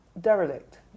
derelict